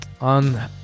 On